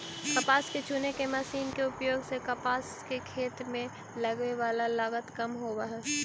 कपास चुने के मशीन के उपयोग से कपास के खेत में लगवे वाला लगत कम होवऽ हई